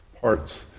parts